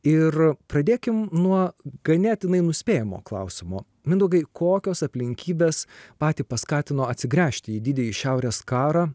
ir pradėkim nuo ganėtinai nuspėjamo klausimo mindaugai kokios aplinkybės patį paskatino atsigręžti į didįjį šiaurės karą